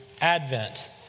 Advent